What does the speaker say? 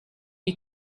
you